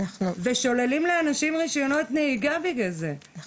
אז --- סליחה שנייה, יש